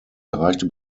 erreichte